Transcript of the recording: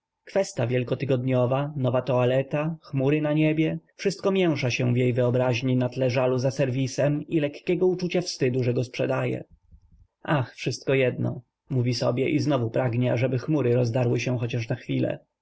oczyma kwestya wielkotygodniowa nowa toaleta chmury na niebie wszystko mięsza się w jej wyobraźni na tle żalu za serwisem i lekkiego uczucia wstydu że go sprzedaje ach wszystko jedno mówi sobie i znowu pragnie ażeby chmury rozdarły się choć na chwilę